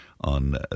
on